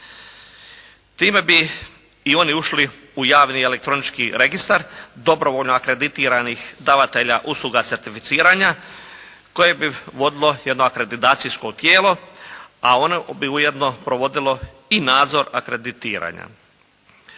Time bi i oni ušli u javni elektronički registar dobrovoljno akreditiranih davatelja usluga certificiranja koje bi vodilo jedno akreditacijsko tijelo, a ono bi ujedno provodilo i nadzor akreditiranja.